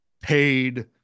paid